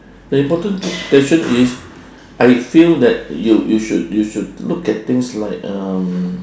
the important question is I feel that you you should you should look at things like um